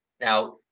Now